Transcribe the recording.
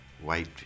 white